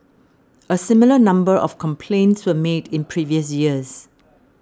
a similar number of complaints were made in previous years